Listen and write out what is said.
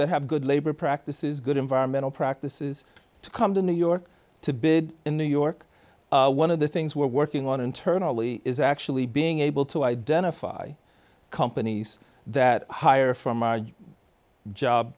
that have good labor practices good environmental practices to come to new york to bid in new york one of the things we're working on internally is actually being able to identify companies that hire from our job